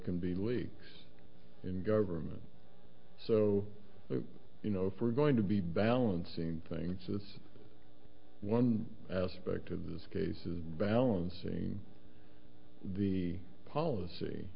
can be leaks in government so you know if we're going to be balancing things that's one aspect of this case is balancing the policy